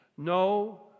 no